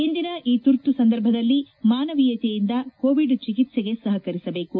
ಇಂದಿನ ಈ ತುರ್ತು ಸಂದರ್ಭದಲ್ಲಿ ಮಾನವೀಯತೆಯಿಂದ ಕೋವಿಡ್ ಚಿಕಿತ್ಸೆಗೆ ಸಹಕರಿಸಬೇಕು